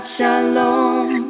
Shalom